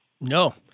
No